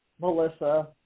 Melissa